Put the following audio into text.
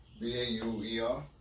B-A-U-E-R